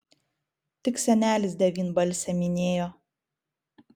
tik senelis devynbalsę minėjo